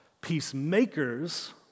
Peacemakers